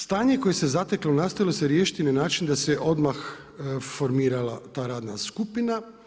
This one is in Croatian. Stanje koje se zateklo nastavilo se riješiti na način da se odmah formirala ta radna skupina.